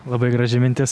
labai graži mintis